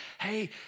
hey